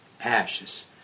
ashes